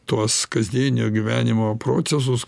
tuos kasdienio gyvenimo procesus